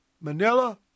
Manila